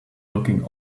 looking